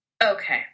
Okay